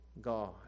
God